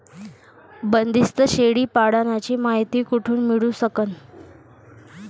बंदीस्त शेळी पालनाची मायती कुठून मिळू सकन?